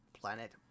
planet